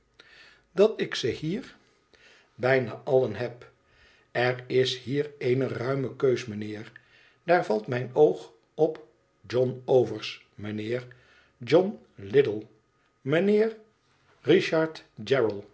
dat ik ze hier bijna allen heb erishiereene ruime keus mijnheer daar valt mijn oog op john o vers mijnheer john little mijnheer richard